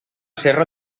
serra